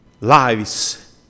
lives